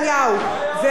ראשי ההתנתקות, שמענו אתכם.